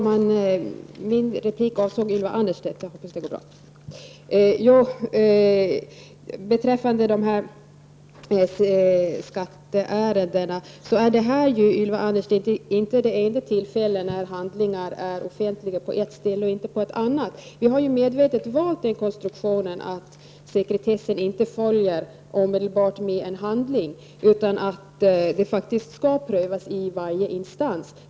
Herr talman! När det gäller skatteärenden är det, Ylva Anderstedt, inte det enda tillfälle då handlingar är offentliga på ett ställe men inte på ett annat. Vi har medvetet valt den konstruktionen att sekretessen inte omedelbart följer med en handling, utan det skall faktiskt prövas i varje instans.